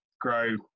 grow